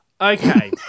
Okay